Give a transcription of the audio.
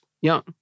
young